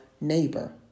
neighbor